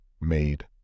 made